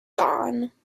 gone